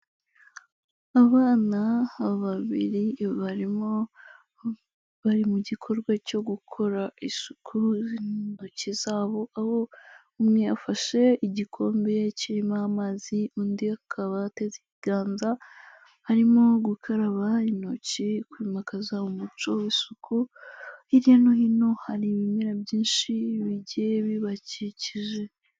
Abana babiri barimo bari mu gikorwa cyo gukora isuku z'intoki zabo, aho umwe afashe igikombe kirimo amazi, undi akaba ateze ikiganza arimo gukaraba intoki, kwimakaza umuco w'isuku, hirya no hino hari ibimera byinshi bigiye bibakikije.